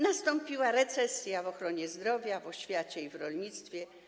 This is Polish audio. Nastąpiła recesja w ochronie zdrowia, w oświacie i rolnictwie.